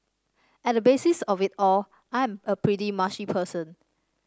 at the basis of it all I am a pretty mushy person